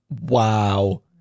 Wow